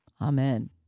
Amen